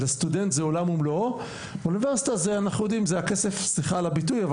לסטודנט זה עולם ומלואו ובאוניברסיטה זה סליחה על הביטוי,